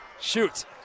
Shoot